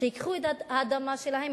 שייקחו את האדמה שלהם,